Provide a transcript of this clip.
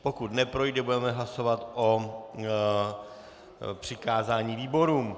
Pokud neprojde, budeme hlasovat o přikázání výborům.